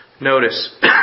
Notice